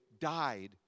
died